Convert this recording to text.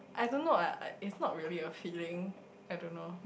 I don't know ah it's not really a feeling I don't know